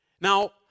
Now